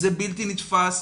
זה בלתי נתפס.